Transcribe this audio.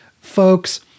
folks